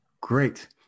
great